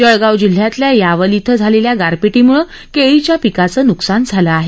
जळगाव जिल्ह्यातल्या यावल इथं झालेल्या गारपीटीमुळं केळीच्या पिकांचं नुकसान झालं आहे